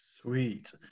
sweet